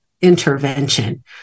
intervention